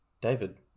David